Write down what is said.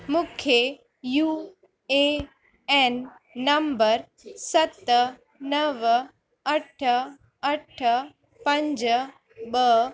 मुखे U A N number सत नव अठ अठ पंज ॿ